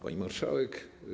Pani Marszałek!